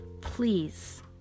please